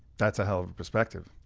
that's a hell of a perspective.